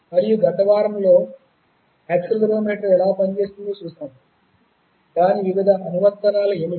మరియు గత వారంలో యాక్సిలెరోమీటర్ ఎలా పనిచేస్తుందో చూశాము దాని వివిధ అనువర్తనాలు ఏమిటి